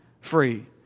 free